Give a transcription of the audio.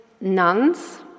nuns